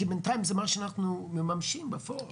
כי בינתיים זה מה שאנחנו ממשים בפועל.